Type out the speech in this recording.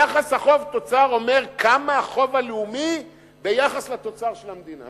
יחס החוב תוצר אומר כמה החוב הלאומי ביחס לתוצר של המדינה,